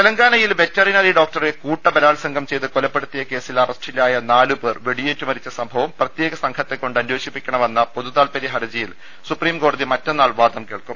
തെലങ്കാനയിൽ വെറ്ററിനറി ഡോക്ടറെ കൂട്ടബലാത്സംഗം ചെയ്ത് കൊലപ്പെടുത്തിയ കേസിൽ അറസ്റ്റിലായ നാലു പേർ വെടിയേറ്റു മരിച്ച സംഭവം പ്രത്യേക സംഘത്തെ കൊണ്ട് അന്വേ ഷിപ്പിക്കണമെന്ന പൊതുതാത്പര്യ ഹർജിയിൽ സുപ്രീംകോടതി മറ്റന്നാൾ വാദം കേൾക്കും